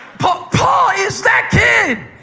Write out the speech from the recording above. paul paul is that kid.